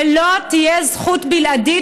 ולא תהיה זכות בלעדית,